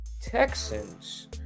texans